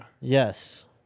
Yes